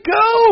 go